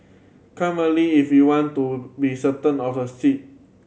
come early if you want to be certain of a seat